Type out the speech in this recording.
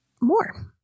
more